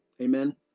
Amen